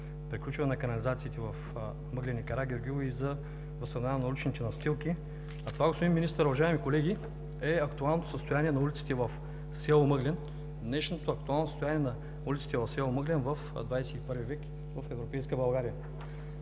приключване на канализациите в Мъглен и Карагеоргиево и за възстановяване на уличните настилки, а това, господин Министър, уважаеми колеги, е актуалното състояние на улиците в село Мъглен – днешното актуално състояние на улиците в село Мъглен в 21 век, в европейска България.